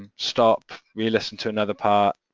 and stop, re-listen to another part,